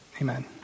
Amen